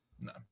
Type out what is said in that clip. no